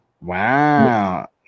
Wow